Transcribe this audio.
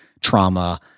trauma